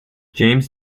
james